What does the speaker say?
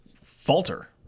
falter